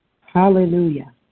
hallelujah